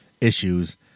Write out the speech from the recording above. issues